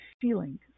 feeling